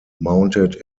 mounted